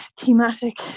thematic